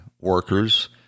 workers